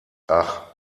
ach